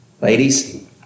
ladies